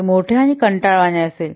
ते मोठे आणि कंटाळवाणे असेल